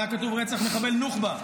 היה כתוב "רצח מחבל נוח'בה",